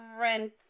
rent